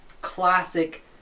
classic